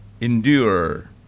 endure